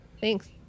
Thanks